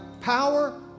power